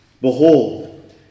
Behold